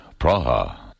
Praha